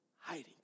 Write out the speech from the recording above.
hiding